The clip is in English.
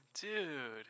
Dude